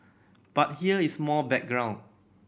but here is more background